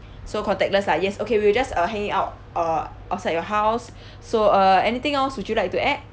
so contactless ah yes okay we'll just uh hang it out uh outside your house so uh anything else would you like to add